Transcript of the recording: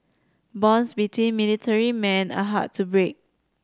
bonds between military men are hard to break